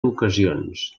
ocasions